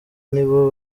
nibo